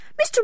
Mr